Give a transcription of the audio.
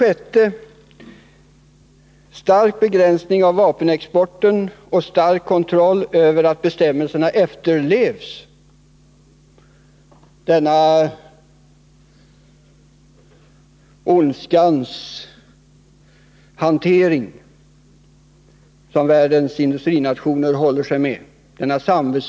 Stark begränsning av vapenexporten och stark kontroll över att bestämmelserna efterlevs — denna ondskans och samvetslöshetens hantering som världens industrinationer håller sig med.